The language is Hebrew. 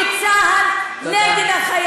פעם אחת ידון בנושא של הטרדות מיניות בצה"ל נגד החיילות.